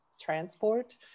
transport